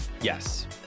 Yes